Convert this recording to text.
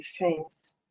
defense